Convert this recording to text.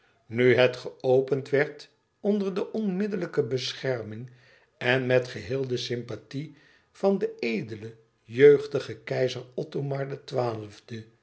nu het geopend werd onder de onmiddellijke bescherming en met geheel de sympathie van den edelen jeugdigen keizer